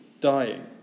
dying